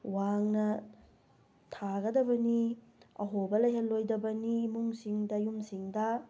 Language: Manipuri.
ꯋꯥꯡꯅ ꯊꯥꯒꯗꯕꯅꯤ ꯑꯍꯣꯕ ꯂꯩꯍꯜꯂꯣꯏꯗꯕꯅꯤ ꯏꯃꯨꯡꯁꯤꯡꯗ ꯌꯨꯝꯁꯤꯡꯗ